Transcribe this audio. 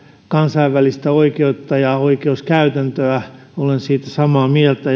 kansainvälistä oikeutta ja oikeuskäytäntöä olen siitä samaa mieltä